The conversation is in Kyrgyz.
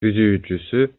түзүүчүсү